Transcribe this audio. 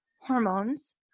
hormones